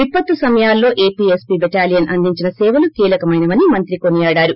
విపత్తు సమయాల్లో APSC battalion అందించిన సేవలు కీలకమెనవని మంత్రి కొనియాడారు